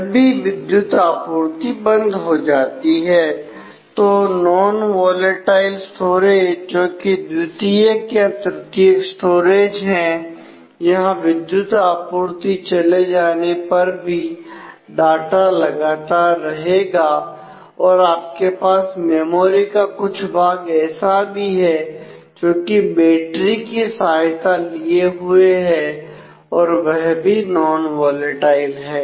जब भी विद्युत आपूर्ति बंद हो जाती है तो नॉन वोलेटाइल स्टोरेज जोकि द्वितीयक या तृतीयक स्टोरेज है तो वहां विद्युत आपूर्ति चले जाने पर भी डाटा लगातार रहेगा और आपके पास मेमोरी का कुछ भाग ऐसा भी है जो कि बैटरी की सहायता लिए हुए हैं और वह भी नॉन वोलेटाइल है